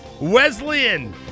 Wesleyan